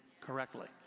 correctly